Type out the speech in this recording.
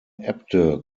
äbte